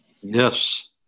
Yes